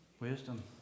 Wisdom